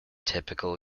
typical